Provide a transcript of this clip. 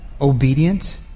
obedient